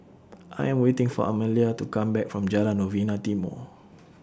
I Am waiting For Amalia to Come Back from Jalan Novena Timor